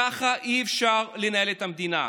ככה אי-אפשר לנהל את המדינה.